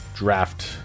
draft